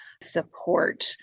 support